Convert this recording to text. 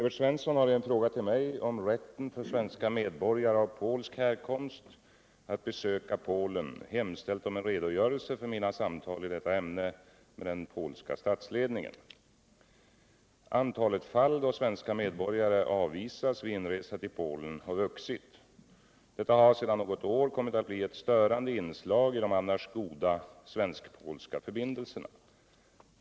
Antalet fall då svenska medborgare avvisas vid inresa till Polen har vuxit. Detta har sedan något år kommit att bli ett störande inslag i de annars goda svensk-polska förbindelserna.